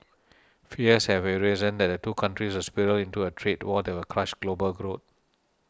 fears have arisen that the two countries will spiral into a trade war that will crush global growth